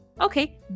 Okay